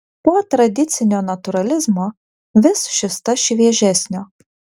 po tradicinio natūralizmo vis šis tas šviežesnio